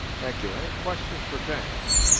thank you. any question for james?